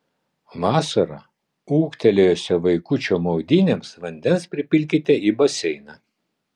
vasarą ūgtelėjusio vaikučio maudynėms vandens pripilkite į baseiną